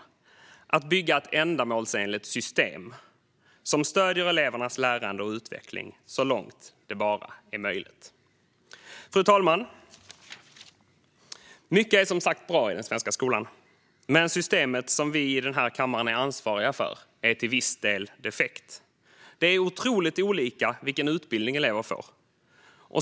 Det handlar om att bygga ett ändamålsenligt system som stöder elevernas lärande och utveckling så långt det bara är möjligt. Fru talman! Mycket är som sagt bra i den svenska skolan. Men systemet som vi i den här kammaren är ansvariga för är till viss del defekt. Det är otroligt olika vilken utbildning elever får.